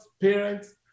parents